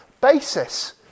basis